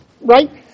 right